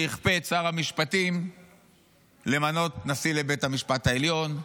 שיכפה על שר המשפטים למנות נשיא לבית המשפט העליון,